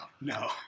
no